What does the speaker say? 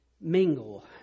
mingle